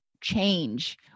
change